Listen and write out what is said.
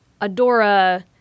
Adora